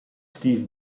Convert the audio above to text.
steve